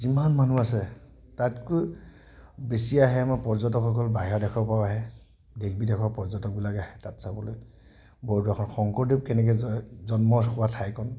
যিমান মানুহ আছে তাতকৈ বেছি আহে আমাৰ পৰ্যটকসকল বাহিৰৰ দেশৰ পৰাও আহে দেশ বিদেশৰ পৰ্যটকবিলাক আহে তাত চাবলৈ বৰদোৱাখন শংকৰদেৱ কেনেকৈ জন্ম হোৱা ঠাইখন